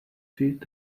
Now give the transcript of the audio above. fehlt